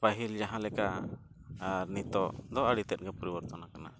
ᱯᱟᱹᱦᱤᱞ ᱡᱟᱦᱟᱸ ᱞᱮᱠᱟ ᱟᱨ ᱱᱤᱛᱚᱜ ᱫᱚ ᱟᱹᱰᱤ ᱛᱮᱫᱜᱮ ᱯᱚᱨᱤᱵᱚᱨᱛᱚᱱ ᱟᱠᱟᱱᱟ